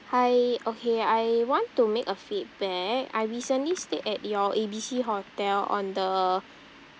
hi okay I want to make a feedback I recently stayed at your A B C hotel on the